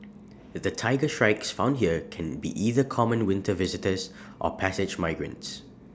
the Tiger Shrikes found here can be either common winter visitors or passage migrants